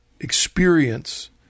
experience